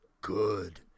good